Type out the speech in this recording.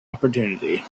opportunity